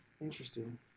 Interesting